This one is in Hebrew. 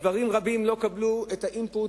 דברים רבים לא קיבלו את האינפוט,